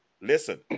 listen